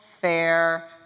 fair